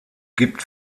gibt